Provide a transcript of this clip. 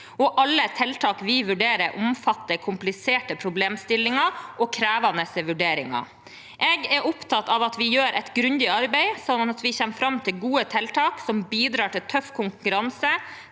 alle tiltak vi vurderer, omfatter kompliserte problemstillinger og krevende vurderinger. Jeg er opptatt av at vi gjør et grundig arbeid, sånn at vi kommer fram til gode tiltak som bidrar til tøff konkurranse